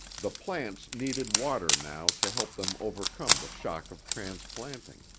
the plants needed water now to help them overcome the shock of transplanting,